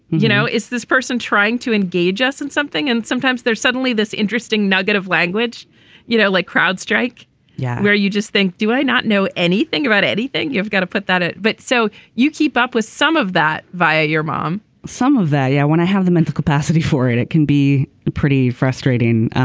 you know is this person trying to engage us in something and sometimes there's suddenly this interesting nugget of language you know like crowd strike yeah where you just think. do i not know anything about anything. you've got to put that out. but so you keep up with some of that via your mom some of that yeah i want to have the mental capacity for it it can be pretty frustrating.